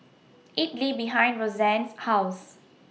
Idili behind Rosanne's House